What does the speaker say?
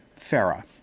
Farah